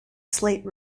slate